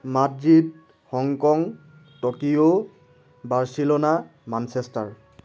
Madrid Hong Kong Tokyo Barcelona Manchester